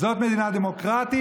זאת מדינה דמוקרטית?